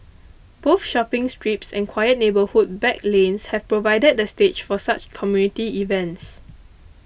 both shopping strips and quiet neighbourhood back lanes have provided the stage for such community events